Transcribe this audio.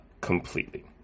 completely